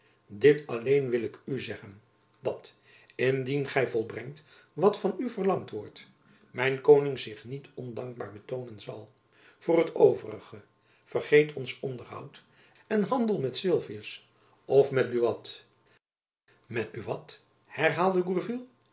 dit alleen wil ik u zeggen dat indien gy volbrengt wat van u verlangd wordt mijn koning zich niet ondankbaar betoonen zal voor t overige vergeet ons onderhoud en handel met sylvius of met buat met buat herhaalde